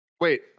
Wait